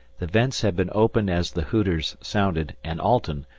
the vents had been opened as the hooters sounded, and alten,